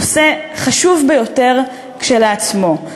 נושא חשוב ביותר כשלעצמו.